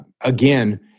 again